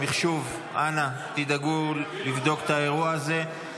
מחשוב, אנא תדאגו לבדוק את האירוע הזה.